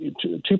two